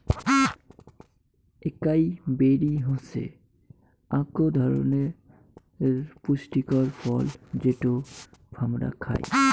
একাই বেরি হসে আক ধরণনের পুষ্টিকর ফল যেটো হামরা খাই